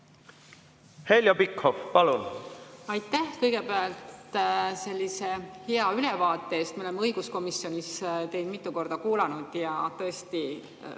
Heljo Pikhof, palun! Aitäh kõigepealt sellise hea ülevaate eest! Me oleme õiguskomisjonis teid mitu korda kuulanud ja tõesti